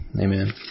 Amen